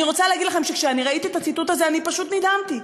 אני רוצה להגיד לכם שכשאני ראיתי את הציטוט הזה אני פשוט נדהמתי,